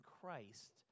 Christ